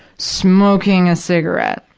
smoking a cigarette.